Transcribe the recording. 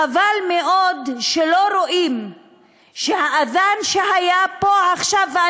חבל מאוד שלא רואים שהאד'אן שהיה פה עכשיו,